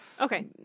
Okay